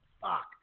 fuck